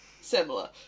similar